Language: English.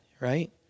right